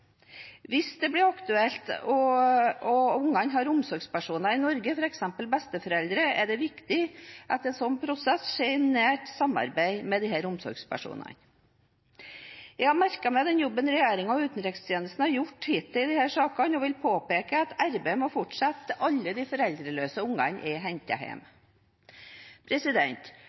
Hvis dette blir aktuelt og barna har omsorgspersoner i Norge, f.eks. besteforeldre, er det viktig at en slik prosess skjer i nært samarbeid med disse omsorgspersonene. Jeg har merket meg den jobben regjeringen og utenrikstjenesten har gjort hittil i disse sakene, og vil påpeke at arbeidet må fortsette til alle de foreldreløse barna er